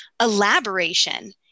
elaboration